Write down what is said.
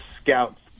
scout's